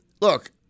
Look